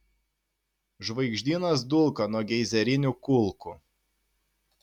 žvaigždynas dulka nuo geizerinių kulkų